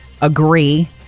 agree